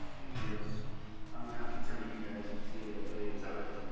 because i don't have to tell you guys, you've seen it a million times.